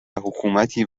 حکومتی